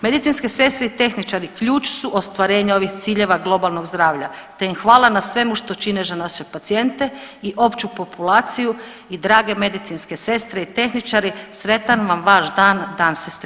Medicinske sestre i tehničari ključ su ostvarenja ovih ciljeva globalnog zdravlja, te im hvala na svemu što čine za naše pacijente i opću populaciju i drage medicinske sestre i tehničari sretan vam vaš dan – Dan sestrinstva!